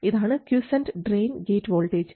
ഇതാണ് quiescent drain gate voltage